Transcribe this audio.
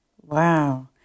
wow